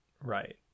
right